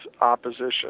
opposition